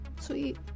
Sweet